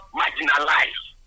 marginalized